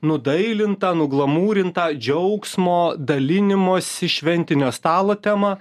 nudailintą nuglamūrintą džiaugsmo dalinimosi šventinio stalo temą